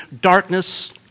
darkness